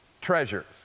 treasures